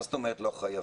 מה זאת אומרת לא חייבים?